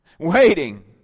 Waiting